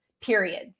period